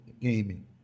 gaming